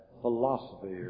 philosophy